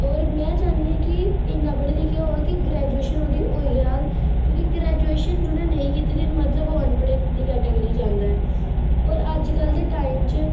और में चाहन्नी आं कि इन्ना पढ़े लिखे दा होऐ कि ग्रैजुएशन ओह्दी होई जाग क्योंकि ग्रैजुएशन जुन्नै नेई कीती दी ओह् मतलब ओह् अनपढ़ें दी कैटेगरी च आंदा ऐ और अज्ज कल्ल दे टाइम च